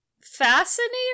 fascinating